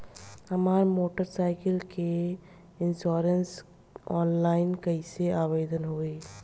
हमार motorcycle के insurance online कईसे आवेदन होई?